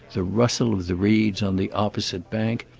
the rustle of the reeds on the opposite bank,